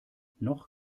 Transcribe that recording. noch